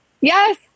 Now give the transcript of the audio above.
yes